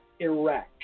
Iraq